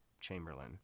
Chamberlain